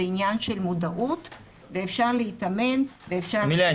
זה עניין של מודעות ואפשר להתאמן ואפשר --- אמיליה,